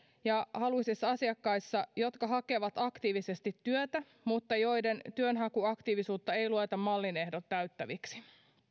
ja haluisissa asiakkaissa jotka hakevat aktiivisesti työtä mutta joiden työnhakuaktiivisuutta ei lueta mallin ehdot täyttäväksi